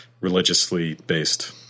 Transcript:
religiously-based